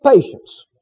patience